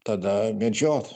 tada medžiot